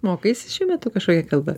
mokaisi šiuo metu kažkokią kalbą